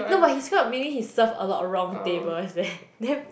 no but he screw up meaning he serve a lot of wrong tables eh damn